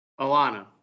Alana